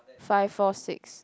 five four six